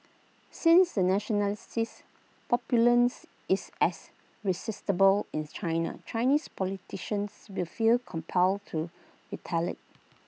since the nationalistic populism is as resistible inse China Chinese politicians will feel compelled to retaliate